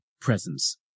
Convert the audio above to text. presence